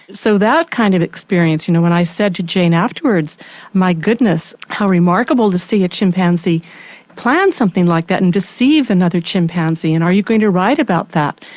so that kind of experience you know when i said to jane afterwards my goodness, how remarkable to see a chimpanzee plan something like that and deceive another chimpanzee and are you going to write about that.